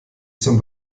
zum